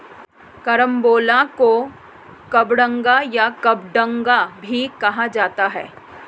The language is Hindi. करम्बोला को कबरंगा या कबडंगा भी कहा जाता है